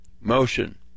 motion